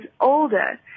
older